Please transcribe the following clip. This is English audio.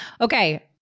Okay